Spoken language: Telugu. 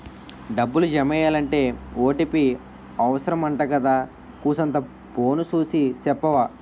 డబ్బులు జమెయ్యాలంటే ఓ.టి.పి అవుసరమంటగదా కూసంతా ఫోను సూసి సెప్పవా